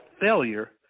failure